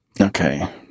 Okay